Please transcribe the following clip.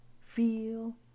feel